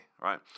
right